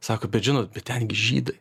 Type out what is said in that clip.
sako bet žinot bet ten gi žydai